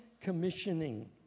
commissioning